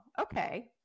okay